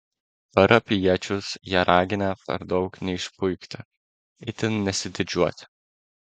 parapijiečius jie raginę per daug neišpuikti itin nesididžiuoti